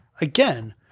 again